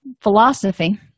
philosophy